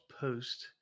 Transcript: Post